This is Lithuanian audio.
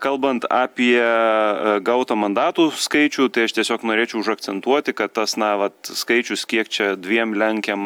kalbant apie gautą mandatų skaičių tai aš tiesiog norėčiau užakcentuoti kad tas na vat skaičius kiek čia dviem lenkiam